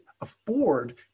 afford